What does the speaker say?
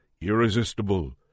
irresistible